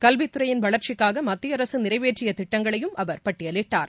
கல்வித்துறையின் வளர்ச்சிக்காகமத்திய அரசுநிறைவேற்றியத் திட்டங்களையும் அவர் பட்டியலிட்டார்